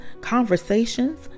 conversations